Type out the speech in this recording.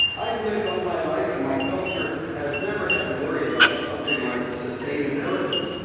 i have lived all my life and my culture has never had to worry about something like sustainability.